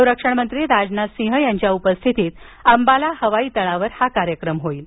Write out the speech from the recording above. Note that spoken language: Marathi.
संरक्षण मंत्री राजनाथ सिंह यांच्या उपस्थितीत अंबाला हवाई तळावर हा कार्यक्रम होईल